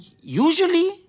usually